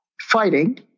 fighting